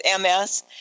MS